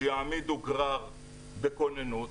שיעמידו גרר בכוננות,